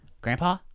grandpa